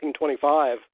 1925